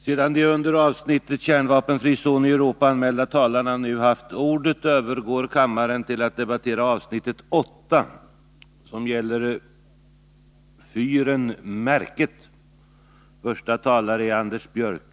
Sedan de under avsnittet Regeringens kontroll av säkerhetspolisens verksamhet anmälda talarna nu haft ordet övergår kammaren till att debattera avsnitt 17: Regeringens handläggning av vissa ärenden om undantag från tätbebyggelseförbud.